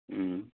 उम